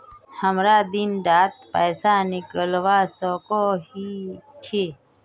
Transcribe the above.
हमरा दिन डात पैसा निकलवा सकोही छै?